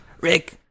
Rick